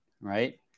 right